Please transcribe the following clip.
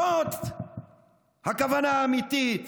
זאת הכוונה האמיתית